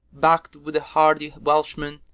back'd with the hardy welshmen,